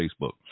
Facebook